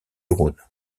rhône